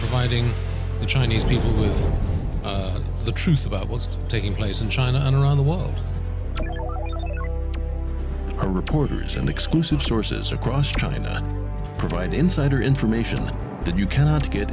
hiding the chinese people is the truth about what's taking place in china and around the world are reporters and exclusive sources across china provide insider information that you cannot get